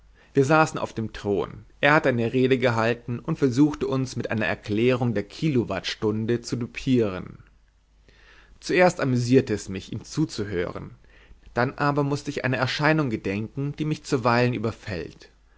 wir saßen auf dem thron er hatte eine rede gehalten und versuchte uns nun mit einer erklärung der kilowattstunde zu düpieren zuerst amüsierte es mich ihm zuzuhören dann aber mußte ich einer erscheinung gedenken die mich zuweilen überfällt